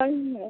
டைம்ல